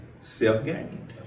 self-gain